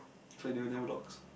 so it will never locks